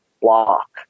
block